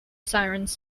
sirens